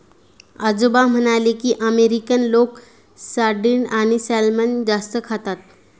आजोबा म्हणाले की, अमेरिकन लोक सार्डिन आणि सॅल्मन जास्त खातात